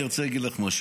אני רוצה אגיד לך משהו,